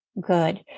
good